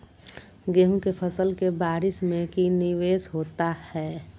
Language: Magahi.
गेंहू के फ़सल के बारिस में की निवेस होता है?